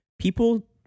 People